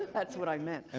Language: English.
that's what i meant. and